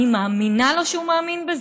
אני מאמינה לו שהוא מאמין בזה.